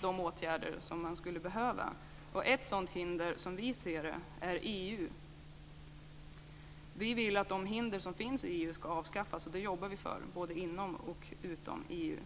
de åtgärder som skulle behövas. Ett sådant hinder, som vi ser det, är EU. Vi vill att de hinder som finns i EU ska avskaffas, och det jobbar vi för både inom och utom EU.